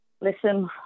Listen